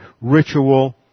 ritual